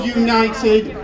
united